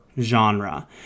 genre